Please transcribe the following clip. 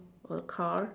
or the car